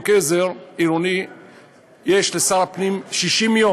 אלא היה מנכ"ל או שר הפנים בשנות ה-80,